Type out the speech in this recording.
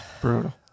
Brutal